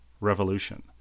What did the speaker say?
Revolution